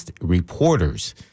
reporters